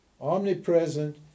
omnipresent